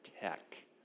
tech